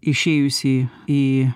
išėjusį į